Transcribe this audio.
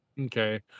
Okay